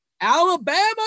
Alabama